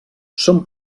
són